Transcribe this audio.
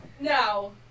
No